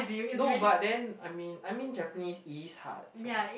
no but then I mean I mean Japanese is hard so